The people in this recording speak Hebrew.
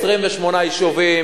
חברים יקרים,